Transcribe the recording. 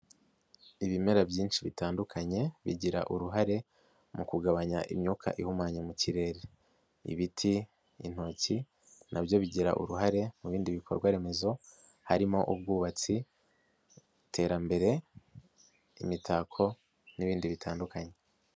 Ibimera byinshi bitandukanye bigira uruhare mu kugabanya imyuka ihumanya mu kirere, ibiti, intoki na byo bigira uruhare mu bindi bikorwaremezo harimo ubwubatsi, iterambere, imitako n'ibindi bitandukanye.